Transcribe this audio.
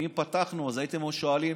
ואם לא פתחנו, אז הייתם שואלים: